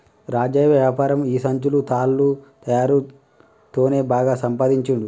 రాజయ్య వ్యాపారం ఈ సంచులు తాళ్ల తయారీ తోనే బాగా సంపాదించుండు